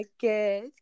good